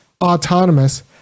autonomous